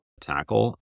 tackle